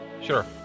sure